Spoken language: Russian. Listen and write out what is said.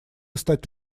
стать